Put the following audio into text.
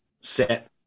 set